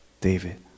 David